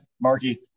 Marky